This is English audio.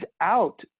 out